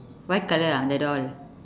white colour ah the doll